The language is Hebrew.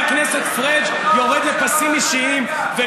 לא